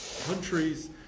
countries